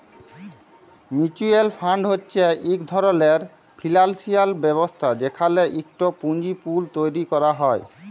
mutual fund হছে ইক ধরলের ফিল্যালসিয়াল ব্যবস্থা যেখালে ইকট পুঁজির পুল তৈরি ক্যরা হ্যয়